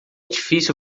difícil